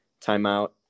timeout